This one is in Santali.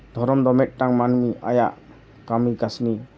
ᱫᱷᱚᱨᱚᱢ ᱫᱚ ᱢᱤᱫᱴᱟᱱ ᱢᱟᱹᱱᱢᱤ ᱟᱭᱟᱜ ᱠᱟᱹᱢᱤ ᱠᱟᱹᱥᱱᱤ